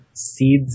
seeds